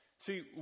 See